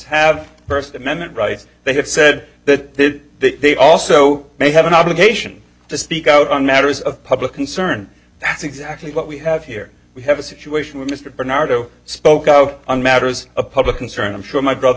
have first amendment rights they have said that they also may have an obligation to speak out on matters of public concern that's exactly what we have here we have a situation where mr bernardo spoke out on matters of public concern i'm sure my brother